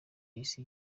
yahise